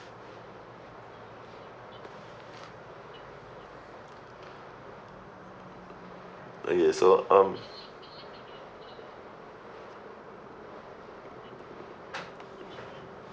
ah yes so um